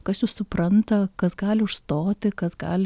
kas jus supranta kas gali užstoti kas gali